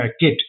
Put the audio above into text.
kit